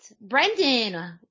Brendan